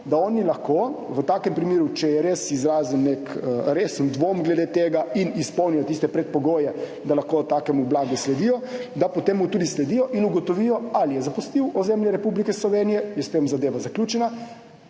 da lahko oni v takem primeru, če se res izrazi nek resen dvom glede tega in se izpolnijo tisti predpogoji, da lahko takemu blagu sledijo, da mu potem tudi sledijo in ugotovijo, ali je zapustil ozemlje Republike Slovenije in je s tem zadeva zaključena